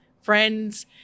friends